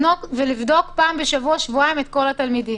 ולבדוק פעם בשבוע-שבועיים את כל התלמידים.